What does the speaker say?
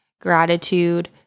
gratitude